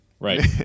Right